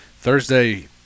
Thursday